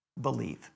believe